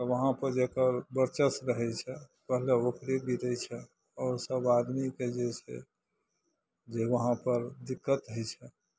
वहाँपर जकर वर्चस्व रहै छै पहिले ओकरे गिरै छै आओर सब आदमीके जे छै जे वहाँपर दिक्कत होइ छै